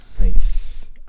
Nice